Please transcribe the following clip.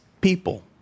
people